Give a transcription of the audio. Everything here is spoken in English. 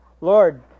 Lord